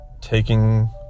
taking